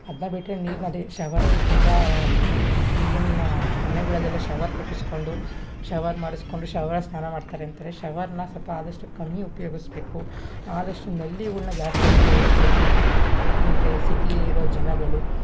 ಅದನ್ನ ಬಿಟ್ಟರೆ ನೀರನ್ನ ಅದೇ ಶವರಲ್ಲಿ ತುಂಬ ಈಗಿನ ಮನೆಗಳಲ್ಲೆಲ್ಲ ಶವರ್ ಕಟ್ಟಿಸ್ಕೊಂಡು ಶವರ್ ಮಾಡಿಸ್ಕೊಂಡು ಶವರಲ್ಲಿ ಸ್ನಾನ ಮಾಡ್ತಾರೆ ಅಂತಾರೆ ಶವರನ್ನ ಸ್ವಲ್ಪ ಆದಷ್ಟು ಕಮ್ಮಿ ಉಪ್ಯೋಗಿಸ್ಬೇಕು ಆದಷ್ಟು ನಲ್ಲಿಗಳ್ನ ಜಾಸ್ತಿ ಉಪ್ಯೋಗಿಸ್ಬೇಕು ಅಂದರೆ ಸಿಟಿಲಿ ಇರೋ ಜನಗಳು